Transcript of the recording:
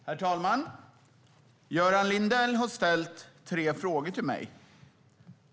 Herr talman! Göran Lindell har ställt tre frågor till mig.